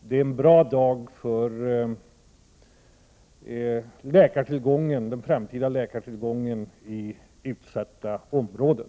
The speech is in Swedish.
Det är en bra dag för den framtida läkartillgången i utsatta områden.